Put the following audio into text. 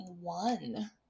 one